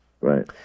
right